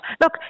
Look